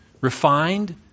refined